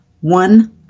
one